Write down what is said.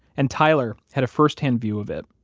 and tyler had a firsthand view of it.